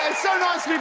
and so nice